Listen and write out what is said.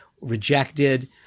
rejected